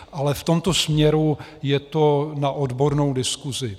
Ale v tomto směru je to na odbornou diskusi.